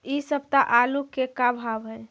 इ सप्ताह आलू के का भाव है?